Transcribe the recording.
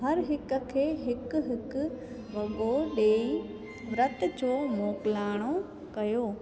हर हिकु खे हिकु हिकु वॻो ॾेई विर्त जो मोकिलाणो कयो